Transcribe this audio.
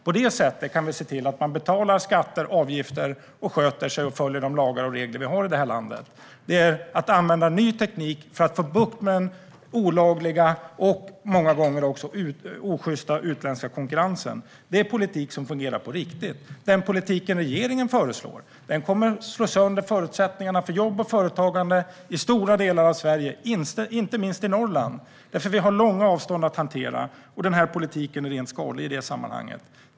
På det sättet kan vi se till att man betalar skatter, avgifter och att man sköter sig och följer de lagar och regler som vi har i det här landet. Att använda ny teknik för att få bukt med den olagliga och många gånger osjysta utländska konkurrensen är politik som fungerar på riktigt. Den politik som regeringen föreslår kommer att slå sönder förutsättningarna för jobb och företagande i stora delar av Sverige, inte minst i Norrland där det finns långa avstånd att hantera. Den här politiken är rent skadlig i det sammanhanget.